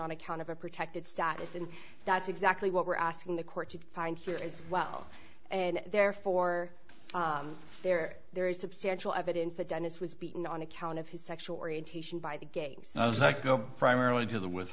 on account of a protected status and that's exactly what we're asking the court to find here as well and therefore there there is substantial evidence that dennis was beaten on account of his sexual orientation by the games like no primarily to the w